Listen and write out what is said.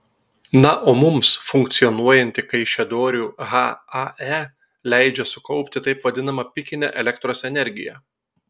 na o mums funkcionuojanti kaišiadorių hae leidžia sukaupti taip vadinamą pikinę elektros energiją